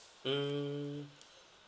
mm